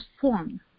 form